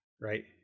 right